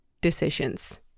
decisions